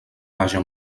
vaja